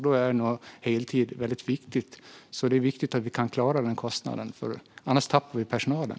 Då är heltid nog väldigt viktigt. Därför måste vi klara denna kostnad. Annars tappar vi personalen.